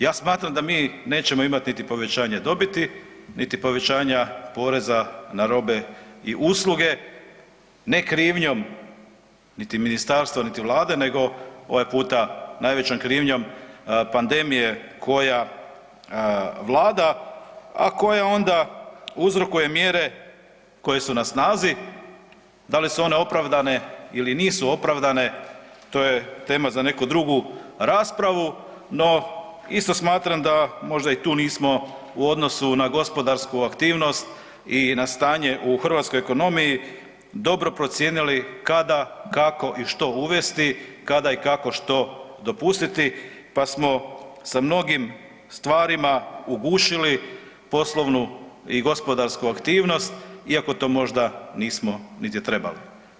Ja smatram da mi nećemo imati niti povećanje dobiti niti povećanja poreza na robe i usluge, ne krivnjom niti ministarstva niti Vlade, nego ovaj puta, najvećom krivnjom pandemije koja vlada, a koja onda uzrokuje mjere koje su na snazi, da li su one opravdane ili nisu opravdane, to je tema za neku drugu raspravu, no isto smatram da možda i tu nismo u odnosu na gospodarsku aktivnost i na stanje u hrvatskoj ekonomiji dobro procijenili kada, kako i što uvesti, kada i kako što dopustiti pa smo sa mnogim stvarima ugušili poslovnu i gospodarsku aktivnosti, iako to možda nismo niti trebali.